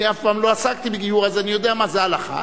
לא עסקתי בגיור, אז אני יודע מה זה הלכה.